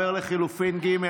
אני עובר ללחלופין ב'.